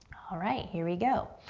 alright, here we go.